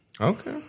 Okay